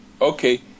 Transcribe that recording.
Okay